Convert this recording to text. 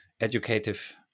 educative